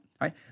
right